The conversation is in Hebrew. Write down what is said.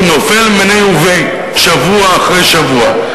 הוא נופל מיניה וביה, שבוע אחרי שבוע.